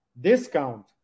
discount